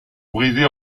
brisée